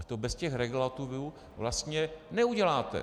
To bez těch regulativů vlastně neuděláte.